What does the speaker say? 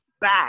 back